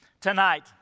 Tonight